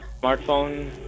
smartphone